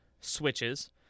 switches